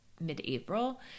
mid-April